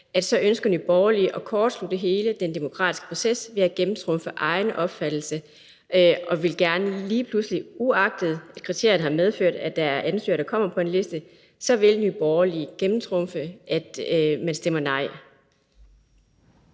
Der ønsker Nye Borgerlige at kortslutte hele den demokratiske proces ved at gennemtrumfe egen opfattelse. Man vil gerne lige pludselig, uagtet de kriterier, der har medført, at der er ansøgere, der kommer på en liste, gennemtrumfe, at der stemmes nej.